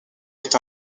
est